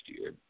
year